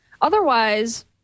Otherwise